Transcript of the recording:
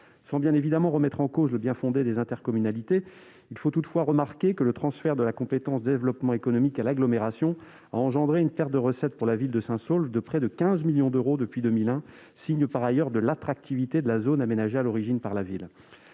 Sans bien évidemment remettre en cause le bien-fondé des intercommunalités, il faut remarquer que le transfert de la compétence « développement économique » à l'agglomération a suscité une perte de recettes pour la ville de Saint-Saulve de près de 15 millions d'euros depuis 2001, signe, par ailleurs, de l'attractivité de la zone aménagée à l'origine par la commune.